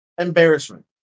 Embarrassment